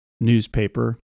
newspaper